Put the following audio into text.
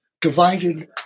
divided